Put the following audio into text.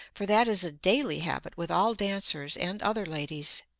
for that is a daily habit with all dancers and other ladies.